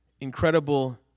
incredible